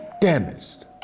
damaged